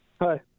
Hi